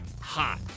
hot